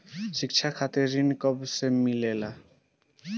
शिक्षा खातिर ऋण कब से मिलेला?